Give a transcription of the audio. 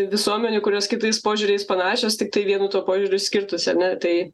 visuomenių kurios kitais požiūriais panašios tiktai vienu tuo požiūriu skirtųsi ar ne tai